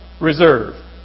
reserve